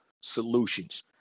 solutions